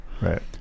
Right